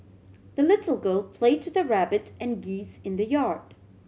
the little girl played to the rabbit and geese in the yard